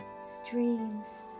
streams